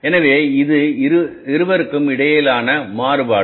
எனவே இது இருவருக்கும் இடையிலான மாறுபாடு